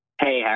Hey